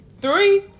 Three